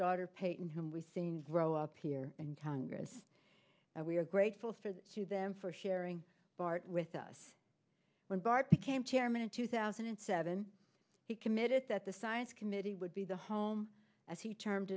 daughter peyton whom we seen grow up here and we are grateful for that to them for sharing part with us when bart became chairman in two thousand and seven he committed that the science committee would be the home as he termed